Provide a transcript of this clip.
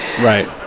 right